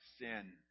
sin